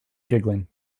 giggling